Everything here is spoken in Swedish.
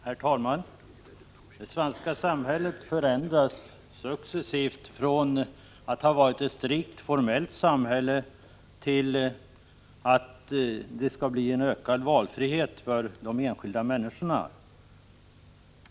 Herr talman! Det svenska samhället förändras successivt från att ha varit ett strikt formellt samhälle till att medge ökad valfrihet för de enskilda människorna.